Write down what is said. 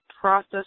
process